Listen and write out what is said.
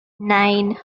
nine